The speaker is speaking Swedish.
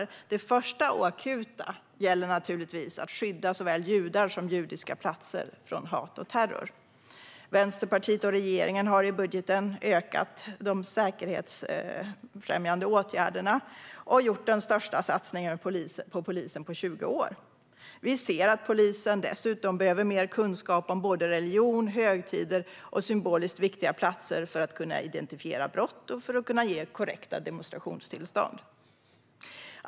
För det första - och det är det mest akuta - gäller det att skydda såväl judar som judiska platser från hat och terror. Vänsterpartiet och regeringen har i budgeten ökat de säkerhetsfrämjande åtgärderna och gjort den största satsningen på polisen på 20 år. Vi ser att polisen dessutom behöver mer kunskap om såväl religion som högtider och symboliskt viktiga platser för att kunna identifiera brott och för att kunna ge korrekta demonstrationstillstånd.